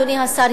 אדוני השר,